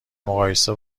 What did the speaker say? مقایسه